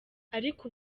ariko